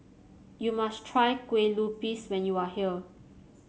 you must try Kue Lupis when you are here